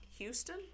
Houston